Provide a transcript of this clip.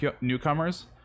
newcomers